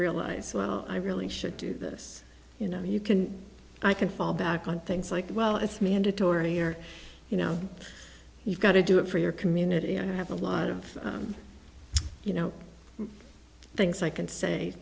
realize i really should do this you know you can i can fall back on things like well it's mandatory or you know you've got to do it for your community and i have a lot of you know things i can say